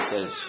says